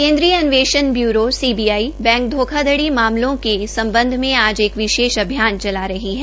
केन्द्रीय अन्वेषण bureau CBI bank धोखाधड़ी मामलों के सम्बध में आज एक विशेष अभियान चला रही है